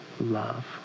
love